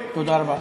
תודה רבה.